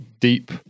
deep